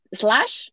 slash